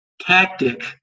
tactic